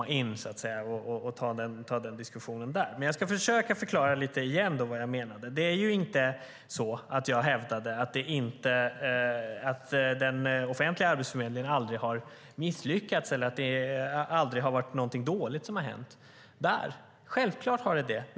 Det är så att säga svårt att komma in och ta diskussionen där. Men jag ska försöka förklara lite igen vad jag menade. Jag hävdade inte att den offentliga Arbetsförmedlingen aldrig har misslyckats eller att det aldrig har varit någonting dåligt som har hänt. Självfallet har det gjort det.